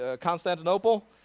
Constantinople